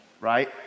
right